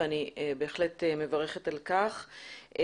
ואני בהחלט מברכת על כך,